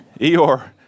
Eeyore